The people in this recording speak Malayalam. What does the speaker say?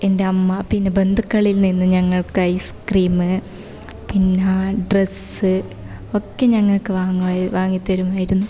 എന്റെ അമ്മ പിന്നെ ബന്ധുക്കളിൽ നിന്ന് ഞങ്ങൾക്ക് ഐസ് ക്രീം പിന്നെ ഡ്രസ്സ് ഒക്കെ ഞങ്ങൾക്ക് വാങ്ങി തരുമായിരുന്നു